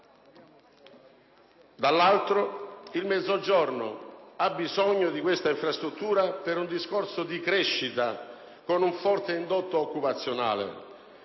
dall'altro, il Mezzogiorno ha bisogno di questa infrastruttura per un discorso di crescita, con un forte indotto occupazionale.